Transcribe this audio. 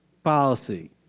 policy